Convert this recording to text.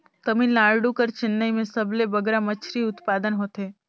तमिलनाडु कर चेन्नई में सबले बगरा मछरी उत्पादन होथे